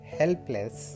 helpless